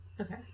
Okay